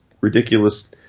ridiculous